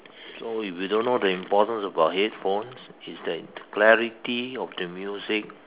so if you don't know the importance about headphones is that the clarity of the music